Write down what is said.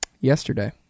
Yesterday